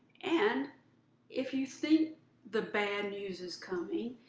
and if you think the bad news is coming,